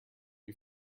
you